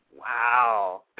Wow